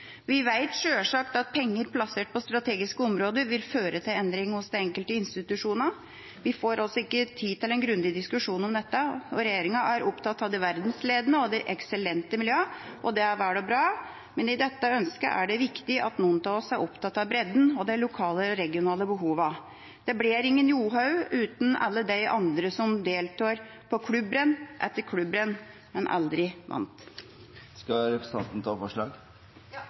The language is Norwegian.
Vi vet sjølsagt at penger plassert på strategiske områder vil føre til endring hos de enkelte institusjonene. Vi får altså ikke tid til en grundig diskusjon om dette. Regjeringa er opptatt av de verdensledende og eksellente miljøene. Det er vel og bra, men i dette ønsket er det viktig at noen av oss er opptatt av bredden og de lokale og regionale behovene. Det blir ingen Johaug uten alle de andre som deltar på klubbrenn etter klubbrenn, men aldri vinner. Skal representanten Tingelstad Wøien ta opp forslag?